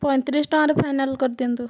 ପଞ୍ଚତିରିଶି ଟଙ୍କାରେ ଫାଇନାଲ୍ କରିଦିଅନ୍ତୁ